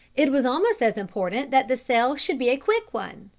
it was almost as important that the sale should be a quick one.